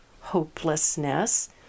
hopelessness